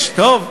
יש, טוב.